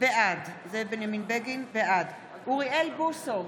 בעד אוריאל בוסו,